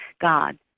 God